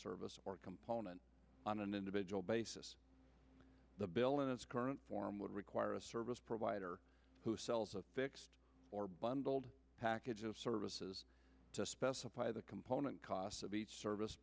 service or component on an individual basis the bill in its current form would require a service provider who sells a fixed or bundled package of services to specify the component cost of each service